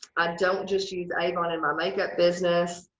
i don't just use avon in my makeup business.